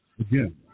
Again